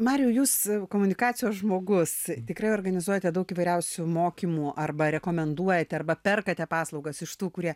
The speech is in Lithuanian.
mariau jūs komunikacijos žmogus tikrai organizuojate daug įvairiausių mokymų arba rekomenduojate arba perkate paslaugas iš tų kurie